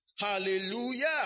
hallelujah